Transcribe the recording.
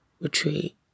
retreat